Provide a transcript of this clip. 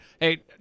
hey